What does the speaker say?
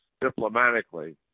diplomatically